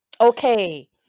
Okay